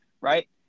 Right